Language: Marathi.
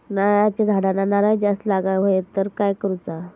नारळाच्या झाडांना नारळ जास्त लागा व्हाये तर काय करूचा?